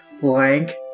Blank